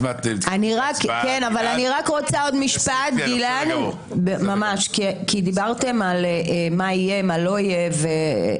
עוד משפט כי דברתם מה יהיה ומה לא יהיה.